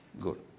Good